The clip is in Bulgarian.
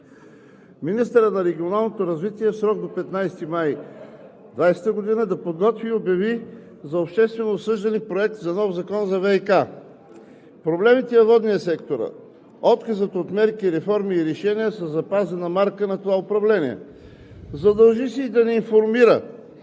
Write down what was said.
министърът на регионалното развитие в срок до 15 май 2020 г. да подготви и обяви за обществено обсъждане Проект за нов закон за ВиК, тъй като проблемите във водния сектор, отказът от мерки, реформи и решения са запазена марка на това управление. Задължи се да ни информира